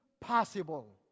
possible